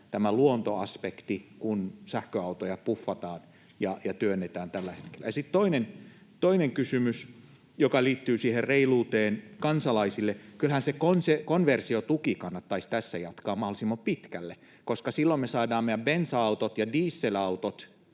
tässä verotuksessa, kun sähköautoja puffataan ja työnnetään tällä hetkellä? Ja sitten toinen kysymys, joka liittyy siihen reiluuteen kansalaisille. Kyllähän se konversiotuki kannattaisi tässä jatkaa mahdollisimman pitkälle, koska silloin me saamme meidän bensa-automme ja dieselautomme